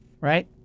right